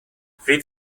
fydd